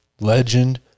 legend